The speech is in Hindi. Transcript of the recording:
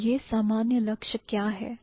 और यह सामान्य लक्ष्य क्या है